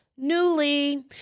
Newly